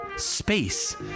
space